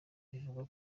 bivugwa